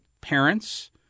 parents